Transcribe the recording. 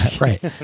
right